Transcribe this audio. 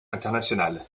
internationale